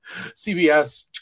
cbs